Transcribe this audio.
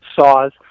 saws